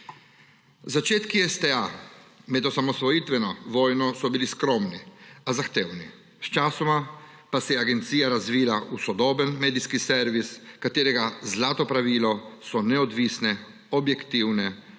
Začetki STA med osamosvojitveno vojno so bili skromni, a zahtevni. Sčasoma pa se je agencija razvija v sodoben medijski servis, katerega zlato pravilo so neodvisne, objektivne,